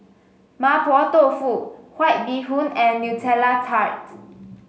Mapo Tofu White Bee Hoon and Nutella Tart